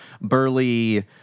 burly